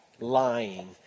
lying